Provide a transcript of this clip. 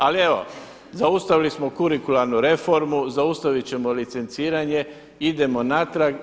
Ali evo, zaustavili smo kurikuralnu reformu, zaustavit ćemo licenciranje, idemo natrag.